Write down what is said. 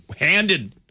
handed